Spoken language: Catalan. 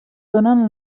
donen